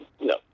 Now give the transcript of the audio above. No